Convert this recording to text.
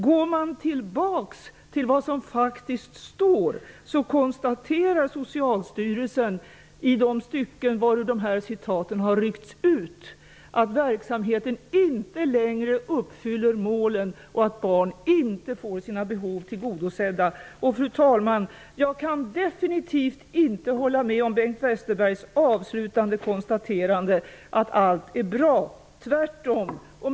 Går man tillbaka till vad som faktiskt står, konstaterar Socialstyrelsen, i de stycken varur detta citat ryckts ut, att verksamheten inte längre uppfyller målen och att barn inte får sina behov tillgodosedda. Fru talman! Jag kan definitivt inte hålla med om Bengt Westerbergs avslutande konstaterande att allt är bra. Tvärtom.